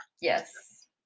Yes